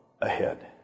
ahead